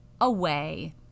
away